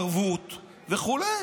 ערבות וכו'.